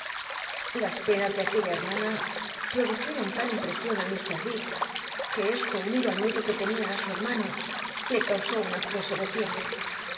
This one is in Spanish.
las penas de aquella hcmana produjeron tal imprcsion ü k dick que colo unido al miedo que tenia á su hermano le causó un acceso de fiebi'c